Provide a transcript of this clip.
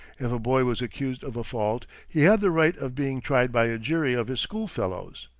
if a boy was accused of a fault, he had the right of being tried by a jury of his school-fellows.